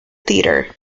theatre